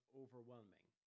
overwhelming